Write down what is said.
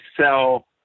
sell